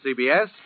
CBS